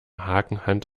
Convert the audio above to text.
hakenhand